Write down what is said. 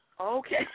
Okay